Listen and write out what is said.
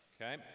Okay